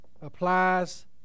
applies